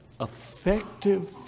effective